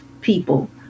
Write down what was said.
people